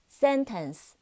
sentence